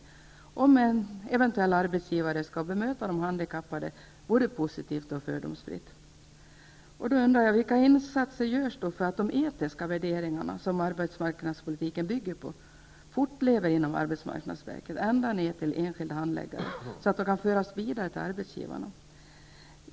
Det behövs för att en eventuell arbetsgivare skall bemöta de handikappade både positivt och fördomsfritt. Vilka insatser görs för att de etiska värderingar som arbetsmarknadspolitiken bygger på skall fortleva inom arbetsmarknadsverket -- ända ner till enskilda handläggare -- och för att dessa kan föras vidare till arbetsgivarna?